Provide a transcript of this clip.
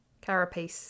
Carapace